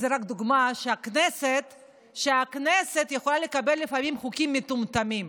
זו רק דוגמה שהכנסת יכולה לקבל לפעמים חוקים מטומטמים.